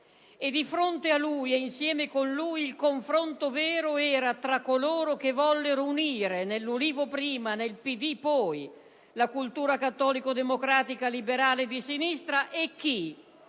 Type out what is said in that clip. E di fronte a lui e insieme con lui, il confronto vero era tra coloro che vollero unire, nell'Ulivo prima e nel PD poi, la cultura cattolico-democratica-liberale di sinistra e chi,